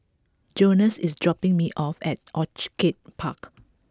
Jonas is dropping me off at Orchid Park